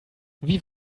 wie